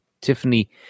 Tiffany